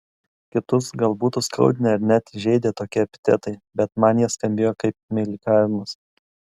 kitus gal būtų skaudinę ar net žeidę tokie epitetai bet man jie skambėjo kaip meilikavimas